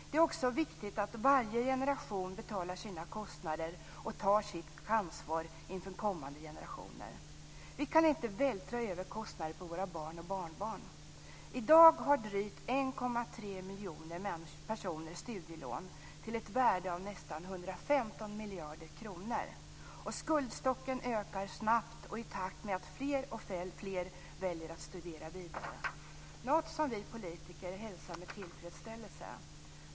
Det är också viktigt att varje generation betalar sina kostnader och tar sitt ansvar inför kommande generationer. Vi kan inte vältra över kostnader på våra barn och barnbarn. I dag har drygt 1,3 miljoner personer studielån till ett värde av nästan 115 miljarder kronor. Skuldstocken ökar snabbt och i takt med att fler och fler väljer att studera vidare, något som vi politiker hälsar med tillfredsställelse.